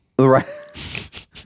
Right